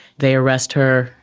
they arrest her,